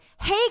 hey